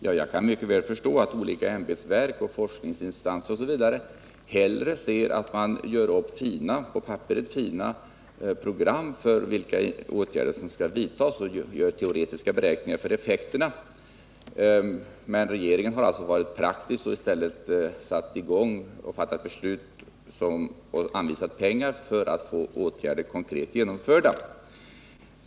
Ja, jag kan mycket väl förstå att olika ämbetsverk och forskningsinstanser osv. hellre ser att man gör upp på papperet fina program för vilka åtgärder som skall vidtas och gör teoretiska beräkningar av effekterna. Men regeringen har alltså varit praktisk och i stället satt i gång, fattat beslut och anvisat pengar för att få åtgärder konkret genomförda.